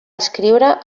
escriure